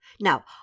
Now